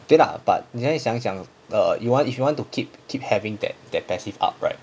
对 lah but 你可以想想 err you want if you want to keep keep having that that passive arc right